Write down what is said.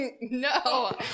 No